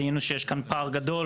זיהינו שיש כאן פער גדול,